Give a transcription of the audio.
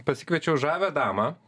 pasikviečiau žavią damą